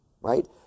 Right